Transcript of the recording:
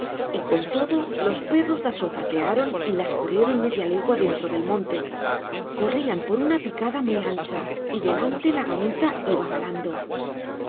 y con todo los perros las olfatearon y las corrieron media legua dentro del monte corrían por una picada muy ancha y delante la gamita iba balando